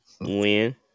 Win